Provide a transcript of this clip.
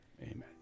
Amen